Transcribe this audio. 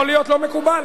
יכול להיות לא מקובל.